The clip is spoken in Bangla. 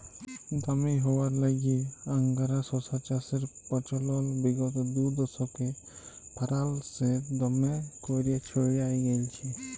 দামি হউয়ার ল্যাইগে আংগারা শশা চাষের পচলল বিগত দুদশকে ফারাল্সে দমে ক্যইরে ছইড়ায় গেঁইলছে